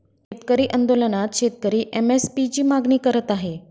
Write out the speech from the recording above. शेतकरी आंदोलनात शेतकरी एम.एस.पी ची मागणी करत आहे